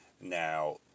Now